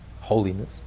holiness